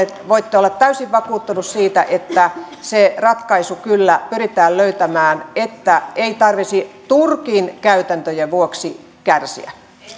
voitte olla täysin vakuuttunut siitä että se ratkaisu kyllä pyritään löytämään että ei tarvitsisi turkin käytäntöjen vuoksi kärsiä pyydän